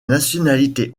nationalité